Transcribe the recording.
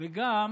וגם